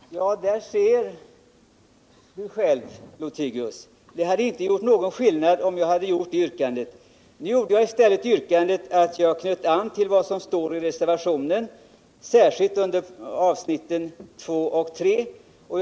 Herr talman! Där ser ni själv, Carl-Wilhelm Lothigius! Det hade inte gjort någon skillnad om jag hade ställt det yrkandet. Nu knöt jag i stället an till vad som stod i reservationen, särskilt i andra och tredje styckena.